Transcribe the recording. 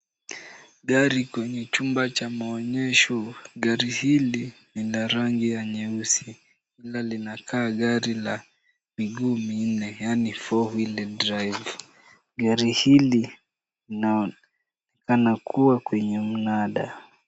Gari kwenye chumba cha maonyesho. Gari hili ni la rangi ya nyeusi na linakaa gari la miguu minne yaani four wheel drive . Gari hili linaonekana kuwa kwenye mnanda.